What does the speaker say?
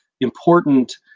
important